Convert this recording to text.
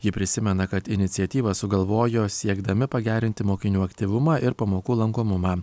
ji prisimena kad iniciatyvą sugalvojo siekdami pagerinti mokinių aktyvumą ir pamokų lankomumą